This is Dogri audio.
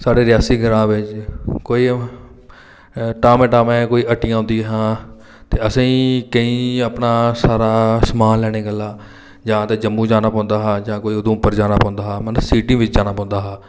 साढ़े रियासी ग्रां बिच कोई टामै टामै कोई हट्टियां होंदियां हा ते असें ई केईं अपना सारा समान लैने गल्ला जां ते जम्मू जाना पौंदा हा जां केईं उधमपुर जाना पौंदा हा मतलब सिटी बिच जाना पौंदा हा